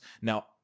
Now